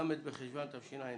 ל' בחשוון התשע"ט.